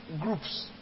groups